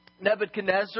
Nebuchadnezzar